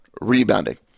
rebounding